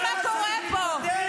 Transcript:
מה קורה בשבע המשפחות השכולות היום?